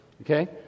okay